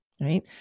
right